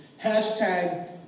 Hashtag